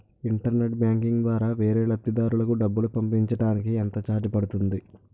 Internet banking ద్వారా వేరే లబ్ధిదారులకు డబ్బులు పంపించటానికి ఎంత ఛార్జ్ పడుతుంది?